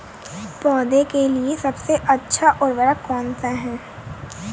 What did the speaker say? पौधे के लिए सबसे अच्छा उर्वरक कौन सा होता है?